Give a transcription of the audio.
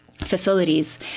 Facilities